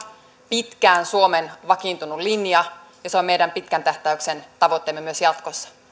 pitkään suomen vakiintunut linja ja se on meidän pitkän tähtäyksen tavoitteemme myös jatkossa